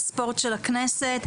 התרבות והספורט של הכנסת.